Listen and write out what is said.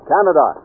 Canada